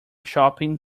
shopping